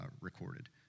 recorded